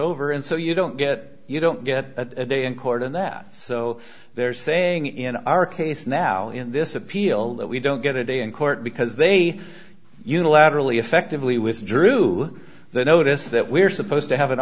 over and so you don't get it you don't get a day in court and that so they're saying in our case now in this appeal that we don't get a day in court because they unilaterally effectively withdrew the notice that we're supposed to have an